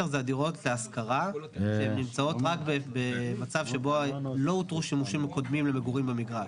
זאת אומרת התוכנית כבר התירה שימוש למגורים במגרש